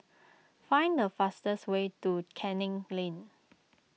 find the fastest way to Canning Lane